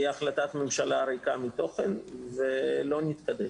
תהיה החלטת ממשלה ריקה מתוכן ולא נתקדם.